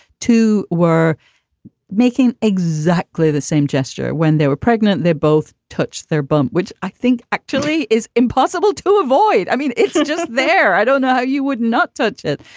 two were making exactly the same gesture when they were pregnant. they both touched their bump, which i think actually is impossible to avoid. i mean, it's just there. i don't know how you would not touch it.